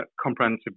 comprehensive